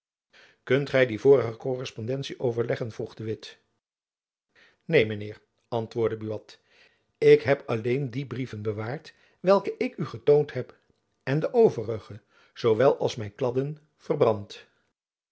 kunt gy die vorige korrespondentie overleggen vroeg de witt neen mijn heer antwoordde buat ik heb alleen die brieven bewaard welke ik u getoond heb en de overige zoowel als mijne kladden verbrand